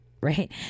right